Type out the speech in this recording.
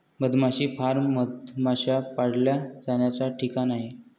मधमाशी फार्म मधमाश्या पाळल्या जाण्याचा ठिकाण आहे